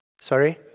Sorry